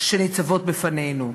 הניצבות בפנינו?